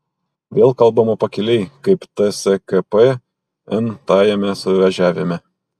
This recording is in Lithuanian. vėl kalbama pakiliai kaip tskp n tajame suvažiavime